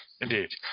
Indeed